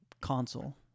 console